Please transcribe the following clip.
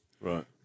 Right